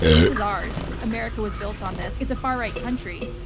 this is ours. america was built on this. it's a far right country.